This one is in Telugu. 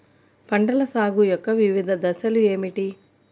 పంటల సాగు యొక్క వివిధ దశలు ఏమిటి?